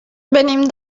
venim